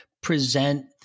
present